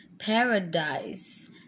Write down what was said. Paradise